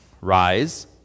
Rise